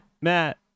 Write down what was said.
Matt